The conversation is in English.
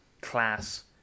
class